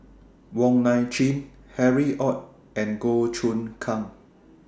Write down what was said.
Wong Nai Chin Harry ORD and Goh Choon Kang